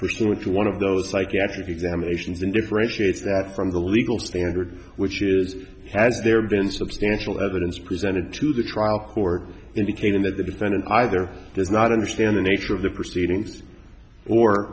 pursuant to one of those psychiatric examinations and differentiates that from the legal standard which is has there been substantial evidence presented to the trial court indicating that the defendant either does not understand the nature of the proceedings or